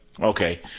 Okay